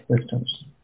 systems